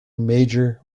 major